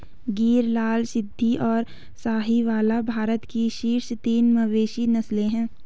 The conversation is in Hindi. गिर, लाल सिंधी, और साहीवाल भारत की शीर्ष तीन मवेशी नस्लें हैं